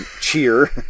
cheer